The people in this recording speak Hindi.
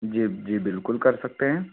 जी जी बिल्कुल कर सकते हैं